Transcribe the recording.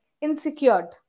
insecure